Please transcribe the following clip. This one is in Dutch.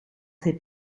heb